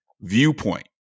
viewpoint